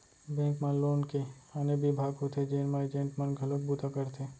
bank म loan के आने बिभाग होथे जेन म एजेंट मन घलोक बूता करथे